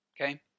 Okay